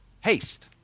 Haste